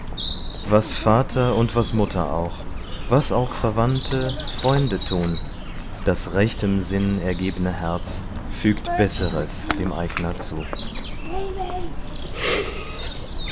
was vater und was mutter auch was auch verwandte freunde tun das rechtem sinn ergebne herz fügt besseres dem eigner zu